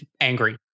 angry